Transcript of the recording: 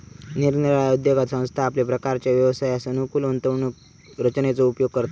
निरनिराळ्या उद्योगात संस्था आपल्या प्रकारच्या व्यवसायास अनुकूल गुंतवणूक रचनेचो उपयोग करता